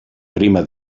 prima